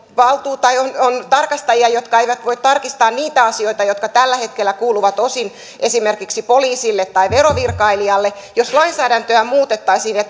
on tarkastajia jotka eivät voi tarkistaa niitä asioita jotka tällä hetkellä kuuluvat osin esimerkiksi poliisille tai verovirkailijalle jos lainsäädäntöä muutettaisiin ja